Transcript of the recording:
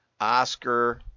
Oscar